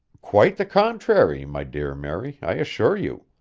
quite the contrary, my dear mary, i assure you.